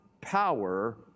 power